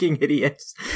idiots